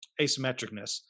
asymmetricness